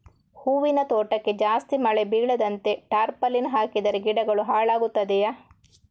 ಹೂವಿನ ತೋಟಕ್ಕೆ ಜಾಸ್ತಿ ಮಳೆ ಬೀಳದಂತೆ ಟಾರ್ಪಾಲಿನ್ ಹಾಕಿದರೆ ಗಿಡಗಳು ಹಾಳಾಗುತ್ತದೆಯಾ?